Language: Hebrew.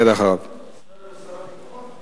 ישראל הוא שר הביטחון?